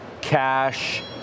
cash